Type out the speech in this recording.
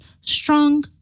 strong